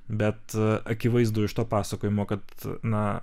bet akivaizdu iš to pasakojimo kad na